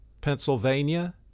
Pennsylvania